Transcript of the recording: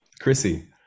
Chrissy